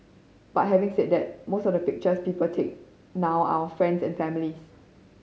but having said that most of the pictures people take now are friends and family's